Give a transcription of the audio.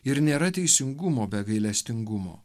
ir nėra teisingumo be gailestingumo